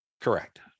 Correct